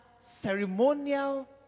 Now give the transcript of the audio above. ceremonial